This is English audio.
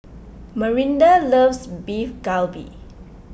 Marinda loves Beef Galbi